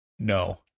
No